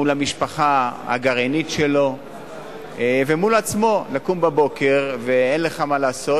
מול המשפחה הגרעינית שלו ומול עצמו לקום בבוקר ואין לך מה לעשות,